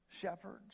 shepherds